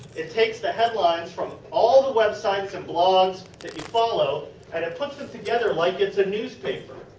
it takes the headlines from all the websites and blogs that you follow and it puts them together like it is a newspaper.